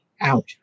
out